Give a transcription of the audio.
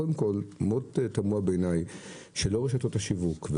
קודם כל מאוד תמוה בעיני שלא רשתות השיווק,